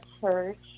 church